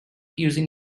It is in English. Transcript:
using